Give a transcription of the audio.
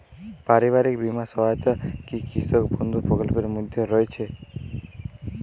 পারিবারিক বীমা সহায়তা কি কৃষক বন্ধু প্রকল্পের মধ্যে রয়েছে?